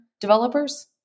developers